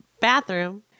bathroom